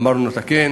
אמרנו: לתקן.